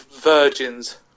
virgins